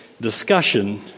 discussion